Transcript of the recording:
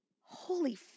Holy